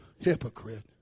Hypocrite